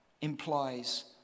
implies